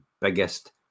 biggest